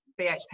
BHP